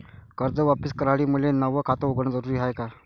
कर्ज वापिस करासाठी मले नव खात उघडन जरुरी हाय का?